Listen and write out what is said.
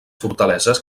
fortaleses